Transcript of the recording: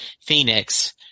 Phoenix